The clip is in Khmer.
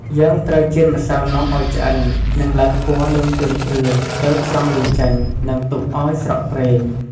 យើងត្រូវចៀនម្សៅនំឱ្យឆ្អិន និងឡើងពណ៌លឿងព្រឿងៗ ទើបស្រង់វាចេញ និងទុកឱ្យស្រក់ប្រេង។